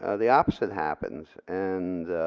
ah the opposite happens, and